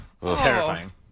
terrifying